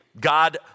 God